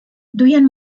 duien